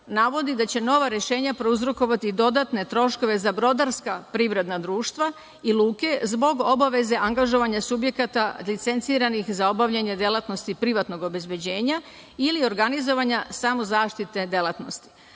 navodi da će nova rešenja prouzrokovati dodatne troškove za brodarska privredna društva i luke zbog obaveze angažovanja subjekata licenciranih za obavljanje delatnosti privatnog obezbeđenja ili organizovanja samozaštitne delatnosti.